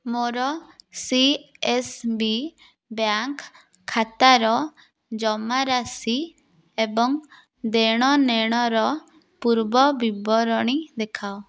ମୋର C S B bank ଖାତାର ଜମା ରାଶି ଏବଂ ଦେଣନେଣର ପୂର୍ବ ବିବରଣୀ ଦେଖାଅ